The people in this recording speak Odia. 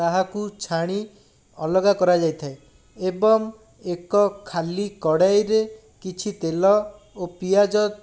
ତାହାକୁ ଛାଣି ଅଲଗା କରାଯାଇଥାଏ ଏବଂ ଏକ ଖାଲି କଢ଼େଇରେ କିଛି ତେଲ ଓ ପିଆଜ